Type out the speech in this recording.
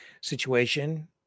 situation